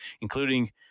including